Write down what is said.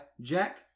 Jack